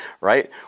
Right